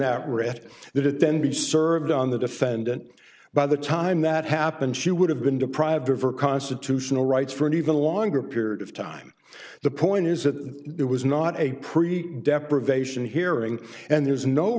that it then be served on the defendant by the time that happened she would have been deprived of her constitutional rights for an even longer period of time the point is that there was not a pre deprivation hearing and there is no